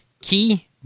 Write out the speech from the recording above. Key